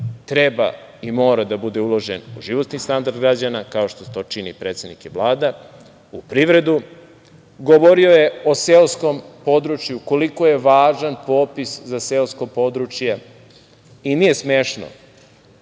treba i mora da bude uložen u životni standard građana, kao što to čine predsednik i Vlada, u privredu. Govorio je o seoskom području koliko je važan popis za seosko područje i nije smešno